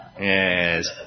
Yes